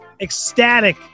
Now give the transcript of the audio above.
ecstatic